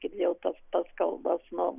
girdėjau tas tas kalbas nuo